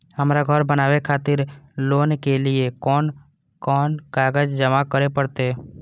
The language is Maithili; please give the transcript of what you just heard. हमरा घर बनावे खातिर लोन के लिए कोन कौन कागज जमा करे परते?